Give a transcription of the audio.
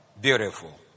Beautiful